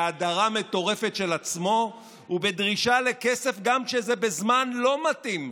בהאדרה מטורפת של עצמו ובדרישה לכסף גם כשזה בזמן לא מתאים,